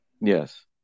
yes